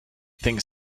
things